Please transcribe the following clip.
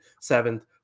seventh